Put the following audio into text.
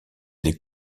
des